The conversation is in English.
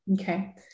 Okay